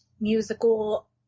musical